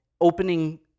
opening